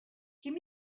give